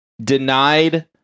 denied